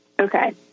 Okay